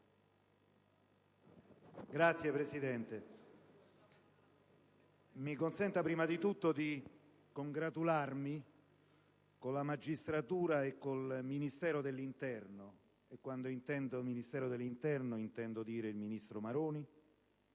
Signora Presidente, mi consenta prima di tutto di congratularmi con la magistratura e con il Ministero dell'interno (e con Ministero dell'interno intendo il ministro Maroni